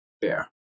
bear